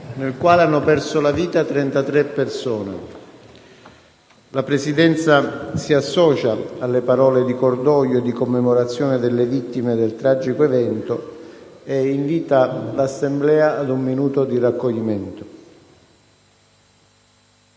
nel quale persero la vita 33 persone. La Presidenza si associa alle parole di cordoglio e di commemorazione delle vittime del tragico evento e invita l'Assemblea ad un minuto di raccoglimento.